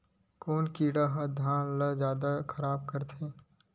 कोन कीड़ा ह धान ल जादा खराब करथे?